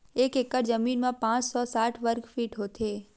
एक एकड़ जमीन मा पांच सौ साठ वर्ग फीट होथे